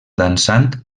dansant